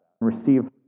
receive